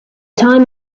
time